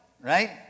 right